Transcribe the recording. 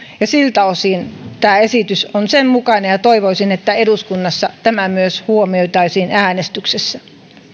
ja siltä osin tämä esitys on sen mukainen toivoisin että eduskunnassa tämä myös huomioitaisiin äänestyksessä